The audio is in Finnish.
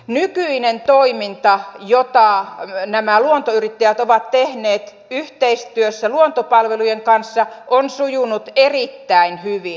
nykyinen toiminta jota nämä luontoyrittäjät ovat tehneet yhteistyössä luontopalvelujen kanssa on sujunut erittäin hyvin